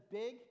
big